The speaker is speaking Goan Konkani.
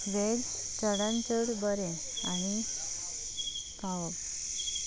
वॅज चडान चड बरें आनी खावप